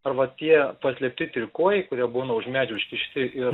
arba tie paslėpti trikojai kurie būna už medžių užkišti ir